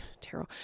tarot